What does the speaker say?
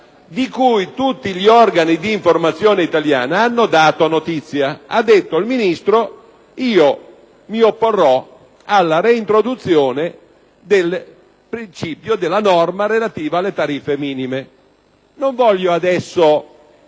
di cui tutti gli organi di informazione italiana hanno dato notizia. Il Ministro ha detto: mi opporrò alla reintroduzione della norma relativa alle tariffe minime. Non voglio adesso